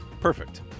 Perfect